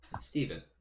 Steven